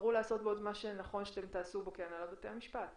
תבחרו לעשות בו את מה שנכון שתעשו בו כהנהלת בתי המשפט.